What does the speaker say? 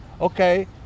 okay